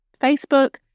Facebook